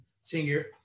senior